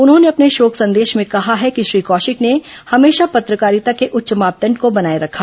उन्होंने अपने शोक संदेश में कहा है कि श्री कौशिक ने हमेशा पत्रकारिता के उच्च मापदंड को बनाए रखा